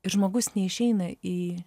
ir žmogus neišeina į